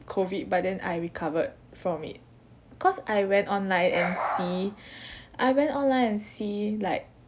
COVID but then I recovered from it cause I went online and see I went online and see like